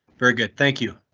very good, thank you.